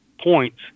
points